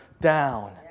down